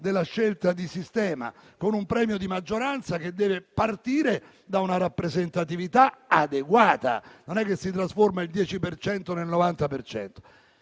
della scelta di sistema, con un premio di maggioranza che deve partire da una rappresentatività adeguata. Non si trasforma il 10 per